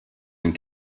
and